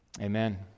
Amen